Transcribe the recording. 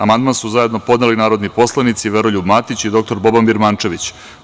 Amandman su zajedno podneli narodni poslanici Veroljub Matić i dr Boban Birmančević.